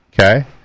Okay